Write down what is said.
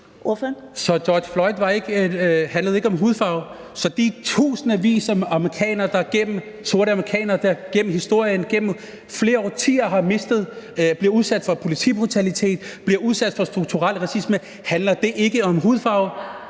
Så George Floyd-drabet handlede ikke om hudfarve? Så hvad angår de tusindvis af sorte amerikanere, der gennem historien, gennem flere årtier er blevet udsat for politibrutalitet, er blevet udsat for strukturel racisme, handler det ikke om hudfarve?